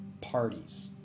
parties